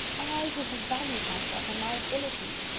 i, who have valued myself on my abilities!